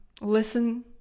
listen